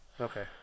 Okay